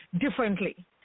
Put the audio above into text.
differently